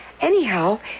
anyhow